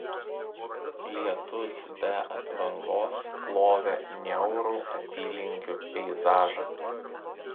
lietus be atvangos plovė niaurų apylinkių peizažą